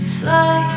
fly